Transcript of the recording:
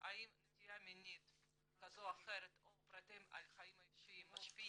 האם נטייה מינית כזאת או אחרת או פרטים על חיים אישיים מהווים